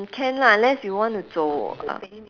can lah unless you want to 走：zou uh